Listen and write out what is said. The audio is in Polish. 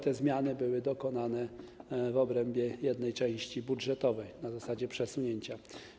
Te zmiany były dokonane w obrębie jednej części budżetowej na zasadzie przesunięcia.